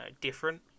different